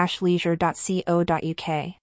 Leisure.co.uk